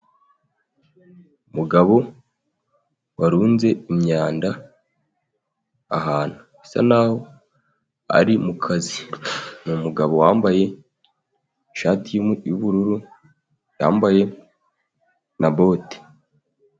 Umugabo warunze imyanda ahantu, bisa n'aho ari kazi, ni umugabo wambaye ishati y'ubururu, yambaye na bote.